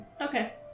okay